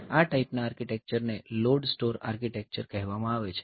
આ ટાઈપના આર્કિટેક્ચરને લોડ સ્ટોર આર્કિટેક્ચર કહેવામાં આવે છે